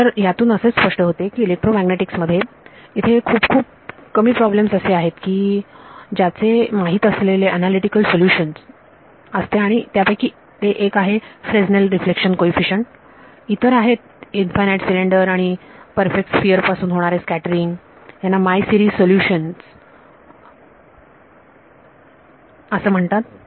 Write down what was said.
तर यातून असेच स्पष्ट होते की इलेक्ट्रोमॅग्नेटिक्स मध्ये इथे खूप खूप कमी प्रॉब्लेम्स असे आहेत की ज्याचे माहीत असलेले अनालिटिकल सोल्युशन असते आणि त्यापैकी हे एक फ्रेसनेल रिफ्लेक्शन कोईफिशंट आहे इतर आहेत इनफायनाईट सिलेंडर आणि परफेक्ट स्फिअर पासून होणारे स्कॅटरिंग यांना माय सिरीज सोल्युशन्स सिलेंडर आणि स्फिअर असे म्हणतात